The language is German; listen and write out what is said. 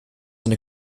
eine